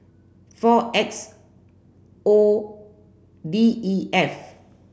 four X O D E F